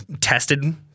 tested